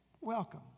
Welcome